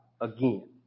again